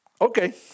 Okay